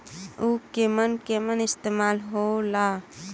उव केमन केमन इस्तेमाल हो ला?